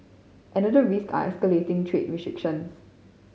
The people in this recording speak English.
another risk are escalating trade restrictions